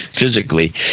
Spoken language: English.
physically